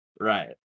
right